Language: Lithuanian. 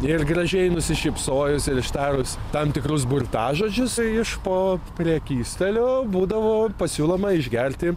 ir gražiai nusišypsojus ir ištarus tam tikrus burtažodžius iš po prekystalio būdavo pasiūloma išgerti